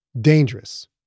Dangerous